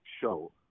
show